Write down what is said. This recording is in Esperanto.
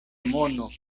mono